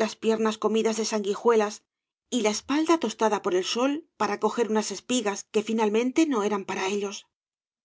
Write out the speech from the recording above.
las piernas comidas de sanguijuelas y la espalda tostada por el sol para coger unas espigas que finalmente no eran para ellos